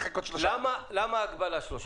לחכות --- למה ההגבלה לשלושה חודשים?